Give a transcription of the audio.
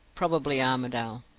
probably armadale.